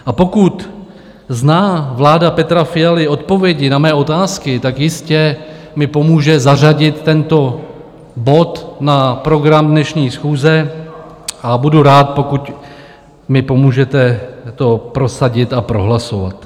A pokud zná vláda Petra Fialy odpovědi na mé otázky, tak mi jistě pomůže zařadit tento bod na program dnešní schůze, a budu rád, pokud mi pomůžete toto prosadit a prohlasovat.